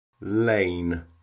Lane